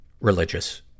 religious